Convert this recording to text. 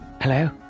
Hello